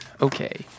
Okay